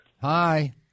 Hi